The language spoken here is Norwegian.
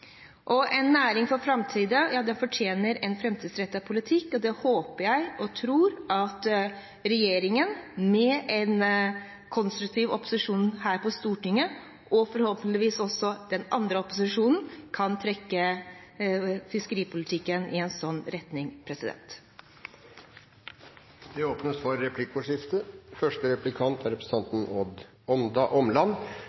En næring for framtiden fortjener en framtidsrettet politikk, og jeg håper og tror at regjeringen med en konstruktiv opposisjon her på Stortinget – og forhåpentligvis også denne andre opposisjonen – kan trekke fiskeripolitikken i en sånn retning. Det blir replikkordskifte. Kristelig Folkeparti er